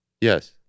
Yes